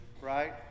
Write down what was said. right